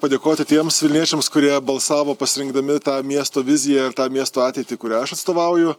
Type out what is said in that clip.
padėkoti tiems vilniečiams kurie balsavo pasirinkdami tą miesto viziją tą miesto ateitį kurią aš atstovauju